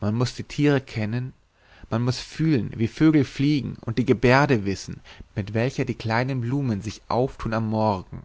man muß die tiere kennen man muß fühlen wie die vögel fliegen und die gebärde wissen mit welcher die kleinen blumen sich auftun am morgen